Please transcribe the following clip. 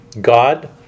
God